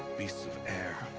beasts of air.